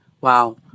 Wow